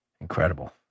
Incredible